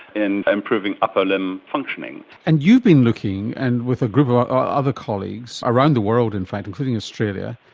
in improving upper limb functioning. and you've been looking and with a group of ah other colleagues around the world in fact, including australia,